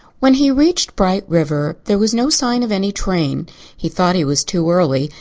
when he reached bright river there was no sign of any train he thought he was too early,